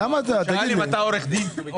הוא שאל אם אתה עורך דין.